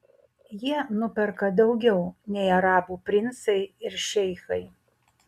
jie nuperka daugiau nei arabų princai ir šeichai